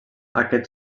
aquest